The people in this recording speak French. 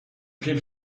pipe